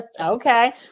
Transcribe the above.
Okay